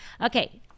Okay